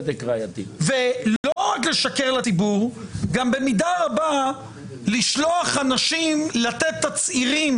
לא רק לשקר לציבור אלא במידה רבה לשלוח אנשים לתת תצהירים